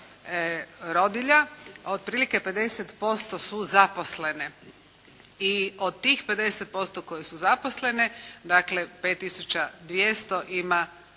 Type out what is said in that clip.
rodilja otprilike 50% su zaposlene i od tih 50% koje su zaposlene, dakle 5 tisuća